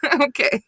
Okay